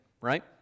right